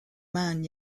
man